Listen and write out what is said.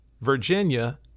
Virginia